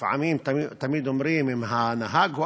לפעמים, תמיד אומרים אם הנהג אשם,